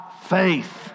faith